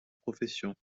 profession